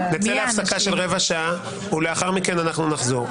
ולאחר מכן נחזור.